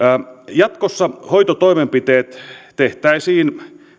jatkossa hoitotoimenpiteet tehtäisiin